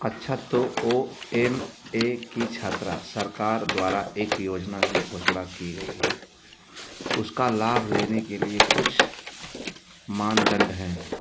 अच्छा तो वह एम ए की छात्रा है सरकार द्वारा एक योजना की घोषणा की गई है उसका लाभ लेने के लिए कुछ मानदण्ड हैं